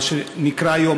מה שנקרא היום,